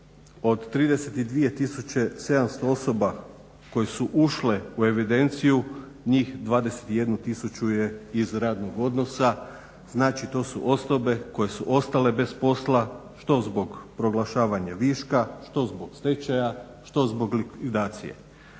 700 osoba koje su ušle u evidenciju njih 21 tisuću je iz radnog odnosa, znači to su osobe koje su ostale bez posla što zbog proglašavanja viška, što zbog stečaja, što zbog likvidacije.